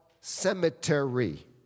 cemetery